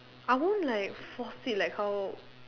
I won't like force it like how